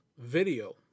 video